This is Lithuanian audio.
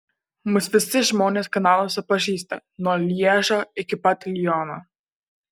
mus visi žmonės kanaluose pažįsta nuo lježo iki pat liono